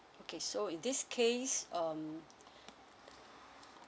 okay so in this case um